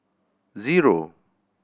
zero